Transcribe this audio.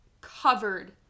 covered